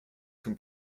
can